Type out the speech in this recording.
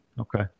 Okay